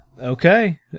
Okay